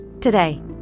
Today